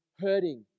hurting